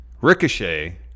Ricochet